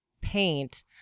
paint